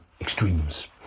extremes